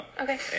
Okay